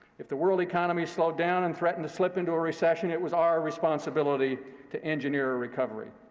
if the world economy slowed down and threatened to slip into a recession it was our responsibility to engineer a recovery.